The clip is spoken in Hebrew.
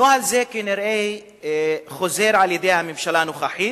נוהל זה כנראה חוזר על-ידי הממשלה הנוכחית,